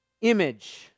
image